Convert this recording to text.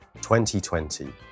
2020